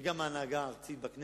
וגם עם ההנהגה הארצית בכנסת,